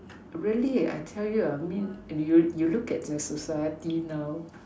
really I tell you err mean you you look at the society now